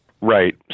Right